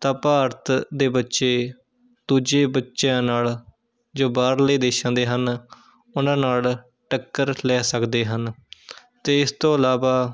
ਤਾਂ ਭਾਰਤ ਦੇ ਬੱਚੇ ਦੂਜੇ ਬੱਚਿਆਂ ਨਾਲ਼ ਜੋ ਬਾਹਰਲੇ ਦੇਸ਼ਾਂ ਦੇ ਹਨ ਉਹਨਾਂ ਨਾਲ਼ ਟੱਕਰ ਲੈ ਸਕਦੇ ਹਨ ਅਤੇ ਇਸ ਤੋਂ ਇਲਾਵਾ